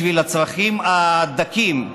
בשביל הצרכים הדקים,